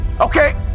okay